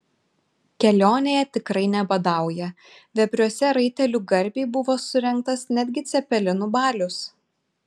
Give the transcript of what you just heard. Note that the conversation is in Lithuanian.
kelionėje tikrai nebadauja vepriuose raitelių garbei buvo surengtas netgi cepelinų balius